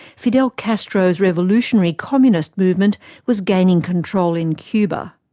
fidel castro's revolutionary communist movement was gaining control in cuba.